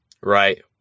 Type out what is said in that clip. Right